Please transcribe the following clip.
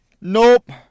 nope